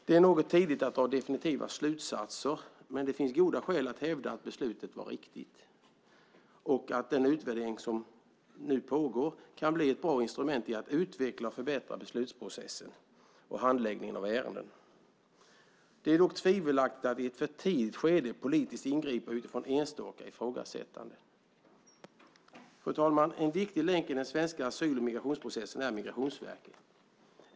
Det är något tidigt att dra definitiva slutsatser, men det finns goda skäl att hävda att beslutet var riktigt och att den utvärdering som nu pågår kan bli ett bra instrument för att utveckla och förbättra beslutsprocessen och handläggningen av ärenden. Det är dock tvivelaktigt att i ett för tidigt skede politiskt ingripa utifrån enstaka ifrågasättanden. Fru talman! En viktig länk i den svenska asyl och migrationsprocessen är Migrationsverket.